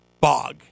bog